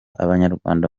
abanyarwanda